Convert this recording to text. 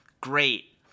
great